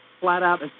flat-out